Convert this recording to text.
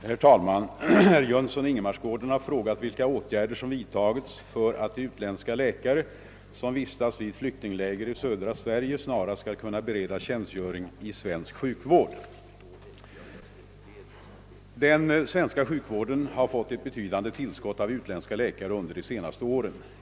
Herr Jönsson i Ingemarsgården har frågat vilka åtgärder som vidtagits för att de utländska läkare som vistas vid flyktingläger i södra Sverige snarast skall kunna beredas tjänstgöring i svensk sjukvård. Den svenska sjukvården har fått ett betydande tillskott av utländska läkare under de senaste åren.